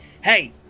hey